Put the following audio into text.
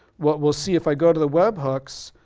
what we'll see if i go to the web hooks,